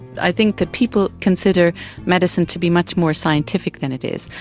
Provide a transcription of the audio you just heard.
i think that people consider medicine to be much more scientific than it is.